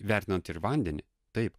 vertinant ir vandenį taip